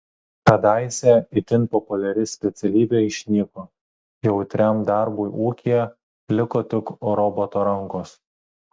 kadaise itin populiari specialybė išnyko jautriam darbui ūkyje liko tik roboto rankos